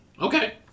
Okay